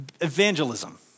evangelism